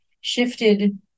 shifted